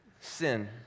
sin